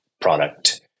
product